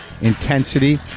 intensity